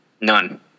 None